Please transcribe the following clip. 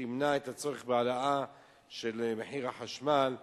שימנע את הצורך בהעלאת מחיר החשמל,